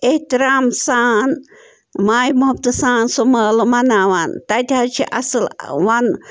احترام سان ماے محبتہٕ سان سُہ مٲلہٕ مناوان تَتہِ حظ چھِ اصٕل وَن